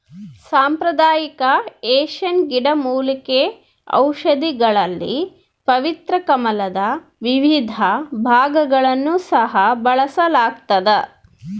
ಸಾಂಪ್ರದಾಯಿಕ ಏಷ್ಯನ್ ಗಿಡಮೂಲಿಕೆ ಔಷಧಿಗಳಲ್ಲಿ ಪವಿತ್ರ ಕಮಲದ ವಿವಿಧ ಭಾಗಗಳನ್ನು ಸಹ ಬಳಸಲಾಗ್ತದ